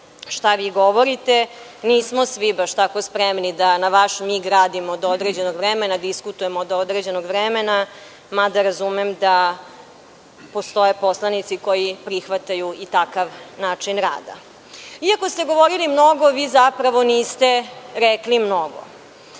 šta vi govorite, nismo svi baš tako spremni da na vaš mig radimo do određenog vremena, diskutujemo do određenog vremena, mada razumem da postoje poslanici koji prihvataju i takav način rada. Iako ste govorili mnogo, vi zapravo niste rekli mnogo.